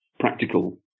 practical